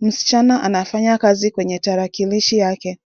Msichana aanafanya kazi kwenye tarakilishi yake.